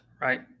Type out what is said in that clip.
right